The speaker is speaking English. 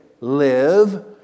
live